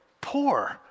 Poor